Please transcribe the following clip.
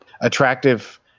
attractive